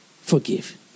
forgive